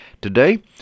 Today